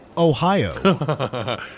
ohio